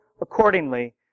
accordingly